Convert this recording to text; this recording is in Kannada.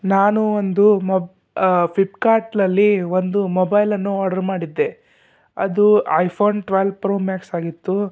ನಾನು ಒಂದು ಮೊಬ್ ಫ್ಲಿಪ್ಕಾರ್ಟ್ನಲ್ಲಿ ಒಂದು ಮೊಬೈಲನ್ನು ಆರ್ಡ್ರು ಮಾಡಿದ್ದೆ ಅದು iPhone twelve pro max ಆಗಿತ್ತು